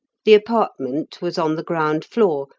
the apartment was on the ground floor,